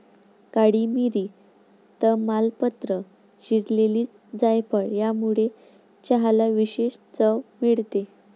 काळी मिरी, तमालपत्र, चिरलेली जायफळ यामुळे चहाला विशेष चव मिळते